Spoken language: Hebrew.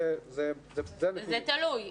זה תלוי.